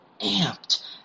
amped